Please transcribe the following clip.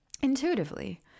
intuitively